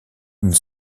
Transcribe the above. d’une